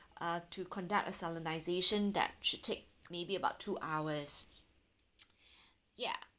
uh to conduct a solemnization that should take maybe about two hours ya